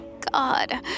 God